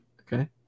okay